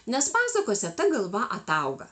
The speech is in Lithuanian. nes pasakose ta galva atauga